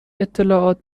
اطلاعات